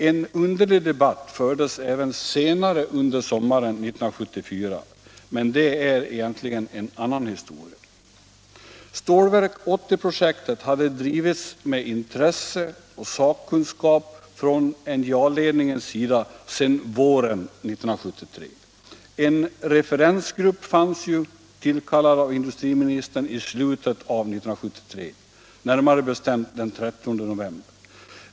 En underlig debatt fördes även senare under sommaren 1974, men det är egentligen en annan historia. Stålverk 80-projektet hade drivits med intresse och sakkunskap från NJA-ledningens sida sedan våren 1973. En referensgrupp fanns, tillkallad av industriministern i slutet av 1973, närmare bestämt den 30 november.